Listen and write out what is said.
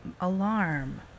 alarm